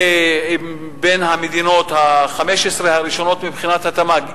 בין 15 המדינות הראשונות מבחינת התמ"ג,